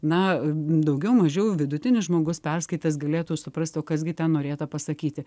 na daugiau mažiau vidutinis žmogus perskaitęs galėtų suprastio kas gi ten norėta pasakyti